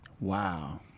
Wow